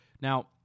now